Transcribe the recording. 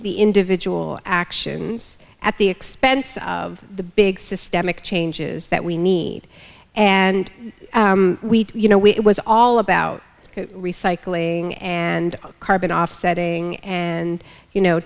the individual actions at the expense of the big systemic changes that we need and you know we was all about recycling and carbon offsetting and you know